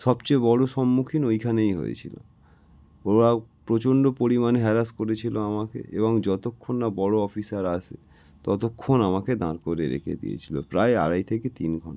সবচেয়ে বড়ো সম্মুখীন ওইখানেই হয়েছিলো ওরা প্রচণ্ড পরিমাণে হ্যারাস করেছিলো আমাকে এবং যতক্ষণ না বড়ো অফিসার আসে ততক্ষণ আমাকে দাঁড় করে রেখে দিয়েছিলো প্রায় আড়াই থেকে তিন ঘন্টা